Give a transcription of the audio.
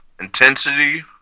Intensity